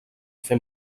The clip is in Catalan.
fer